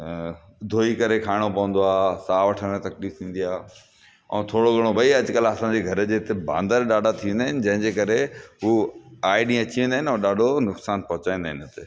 धोई करे खाइणो पवंदो आहे साहु वठण में तकलीफ ईंदी आहे ऐं थोरो घणो भई अॼुकल्ह असांजे घर में बांदर ॾाढा थींदा आहिनि जंहिंजे करे हू आहे ॾींहुं अची वेंदा आहिनि ऐं ॾाढो नुकसानु पोहचाईंदा आहिनि हिते